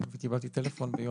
וקיבלתי טלפון,